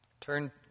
Turn